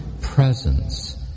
presence